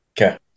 Okay